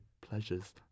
pleasures